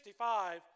1965